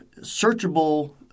searchable